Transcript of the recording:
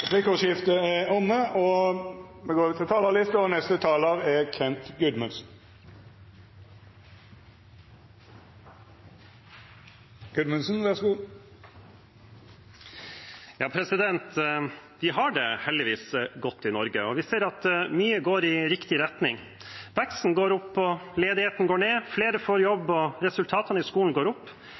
Replikkordskiftet er omme. Vi har det heldigvis godt i Norge, og vi ser at mye går i riktig retning. Veksten går opp, ledigheten går ned, flere får jobb, og resultatene i skolen går opp.